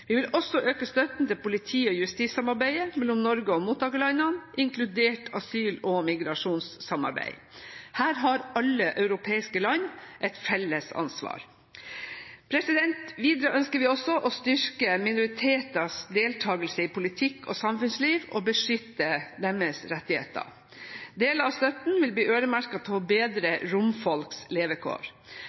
Vi vil også øke støtten til politi- og justissamarbeid mellom Norge og mottakerlandene, inkludert asyl- og migrasjonssamarbeid. Her har alle europeiske land et felles ansvar. Videre ønsker vi også å styrke minoriteters deltakelse i politikk og samfunnsliv og beskytte deres rettigheter. Deler av støtten vil bli øremerket til å bedre romfolks levekår.